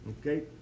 Okay